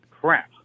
crap